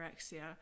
anorexia